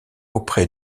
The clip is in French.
auprès